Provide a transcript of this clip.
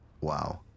Wow